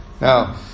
Now